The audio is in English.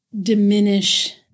diminish